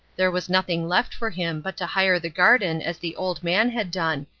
there was nothing left for him but to hire the garden as the old man had done,